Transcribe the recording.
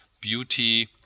beauty